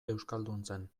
euskalduntzen